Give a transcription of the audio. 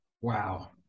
Wow